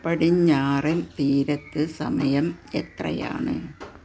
പടിഞ്ഞാറൻ തീരത്ത് സമയം എത്രയാണ്